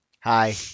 Hi